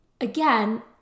again